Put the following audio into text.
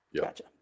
Gotcha